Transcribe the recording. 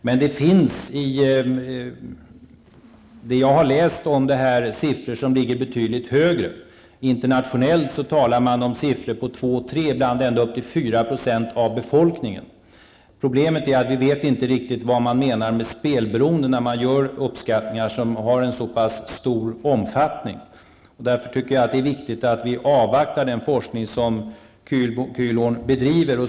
Men jag har sett betydligt högre siffror. Internationellt talas det om så höga siffror som 2-- Problemet är att vi inte riktigt vet vad som menas med spelberoende när man gör uppskattningar som har en så pass stor omfattning. Därför tycker jag att det är viktigt att vi avvaktar resultatet av den forskning som Kühlhorn bedriver.